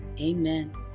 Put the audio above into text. Amen